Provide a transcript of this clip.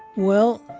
well,